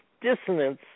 dissonance